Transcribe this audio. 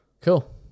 Cool